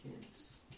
Kids